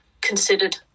considered